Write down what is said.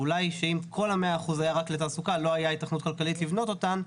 שאם כל ה-100% היה רק לתעסוקה לא הייתה היתכנות כלכלית לבנות אותם,